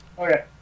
Okay